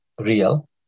real